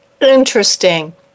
Interesting